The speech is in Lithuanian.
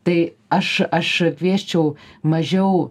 tai aš aš kviesčiau mažiau